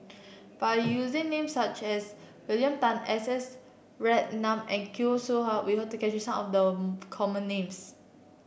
by using names such as William Tan S S Ratnam and Khoo Seow Hwa we hope to capture some of the common names